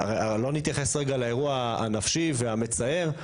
אני לא מתייחס עכשיו על האירוע הנפשי המצער,